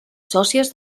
sòcies